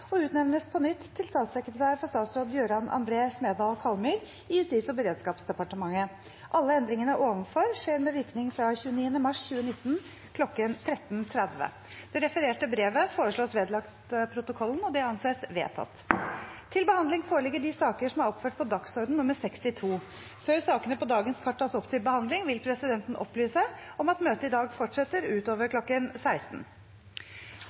og utnevnes på nytt til statssekretær for statsråd Jøran André Smedal Kallmyr i Justis- og beredskapsdepartementet. Alle endringene ovenfor skjer med virkning fra 29. mars kl. 1330.» Det refererte brevet foreslås vedlagt protokollen. – Det anses vedtatt. Før sakene på dagens kart tas opp til behandling, vil presidenten opplyse om at møtet i dag fortsetter utover